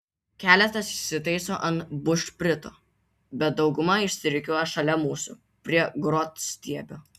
keletas įsitaiso ant bušprito bet dauguma išsirikiuoja šalia mūsų prie grotstiebio